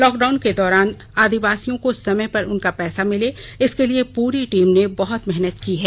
lockdown के दौरान आदिवासियों को समय पर उनका पैसा मिले इसके लिए पूरी टीम ने बहुत मेहनत की है